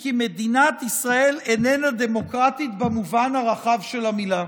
כי מדינת ישראל איננה דמוקרטית במובן הרחב של המילה.